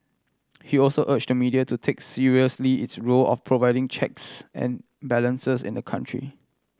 he also urge to media to take seriously its role of providing checks and balances in the country